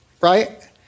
right